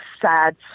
sad